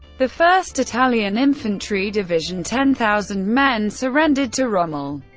the first italian infantry division ten thousand men surrendered to rommel.